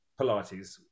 Pilates